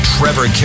Trevor